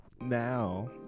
Now